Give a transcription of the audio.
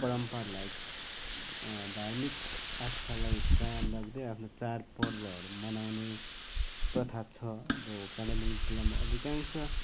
परम्परालाई धार्मिक आस्थालाई कायम राख्दै आफ्नो चाड पर्वहरू मनाउने प्रथा छ अब कालिम्पोङ जिल्लामा अधिकांश